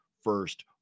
first